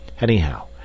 anyhow